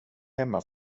hemma